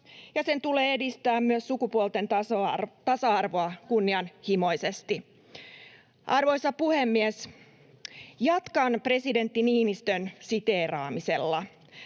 sen tulee edistää myös sukupuolten tasa-arvoa kunnianhimoisesti. Arvoisa puhemies! Jatkan presidentti Niinistön siteeraamisella.